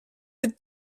des